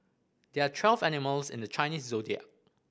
there are twelve animals in the Chinese Zodiac